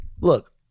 Look